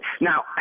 Now